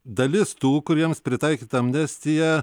dalis tų kuriems pritaikyta amnestija